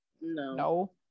no